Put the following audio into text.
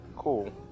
Cool